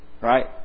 Right